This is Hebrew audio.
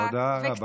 תודה רבה.